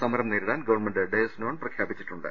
സമരം നേരി ടാൻ ഗവൺമെന്റ് ഡയസ്നോൺ പ്രഖ്യാപിച്ചിട്ടുണ്ട്